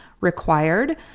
required